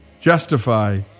Justify